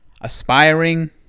aspiring